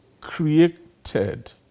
created